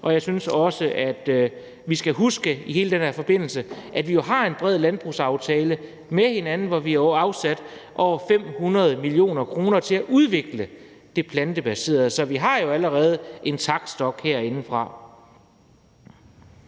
og jeg synes også, at vi skal huske i hele den her forbindelse, at vi jo har en bred landbrugsaftale med hinanden, hvor vi har afsat over 500 mio. kr. til at udvikle det plantebaserede, så vi har jo allerede fat i taktstokken herindefra.